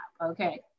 Okay